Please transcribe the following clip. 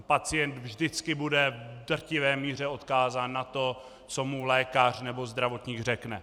Pacient vždycky bude v drtivé míře odkázán na to, co mu lékař nebo zdravotník řekne.